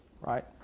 right